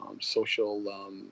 social